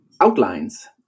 outlines